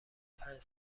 پنج